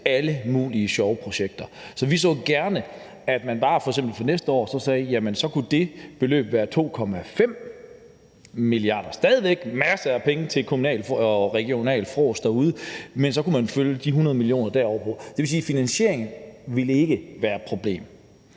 alle mulige sjove projekter. Så vi så gerne, at man f.eks. bare fra næste år sagde, at så kunne det beløb være 2,5 mia. kr. – stadig væk masser af penge til regionalt frås derude, men så kunne man flytte de 100 mio. kr. derover. Det vil sige, at finansieringen ikke ville være et problem.